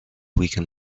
weaken